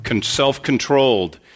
self-controlled